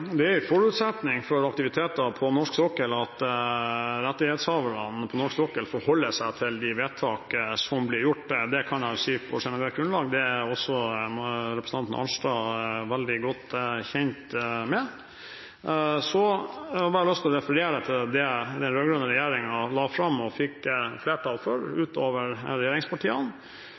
forutsetning for aktivitet på norsk sokkel at rettighetshaverne på norsk sokkel forholder seg til de vedtak som blir gjort. Det kan jeg si på generelt grunnlag, og det er også representanten Arnstad veldig godt kjent med. Jeg har lyst til å referere til det den rød-grønne regjeringen la fram og fikk flertall for, utover regjeringspartiene